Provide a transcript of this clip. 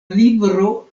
libro